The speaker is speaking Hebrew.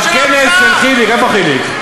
בכנס של חיליק, איפה חיליק?